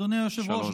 אדוני היושב-ראש,